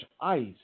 ICE